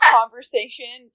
conversation